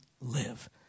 live